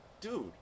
dude